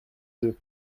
deux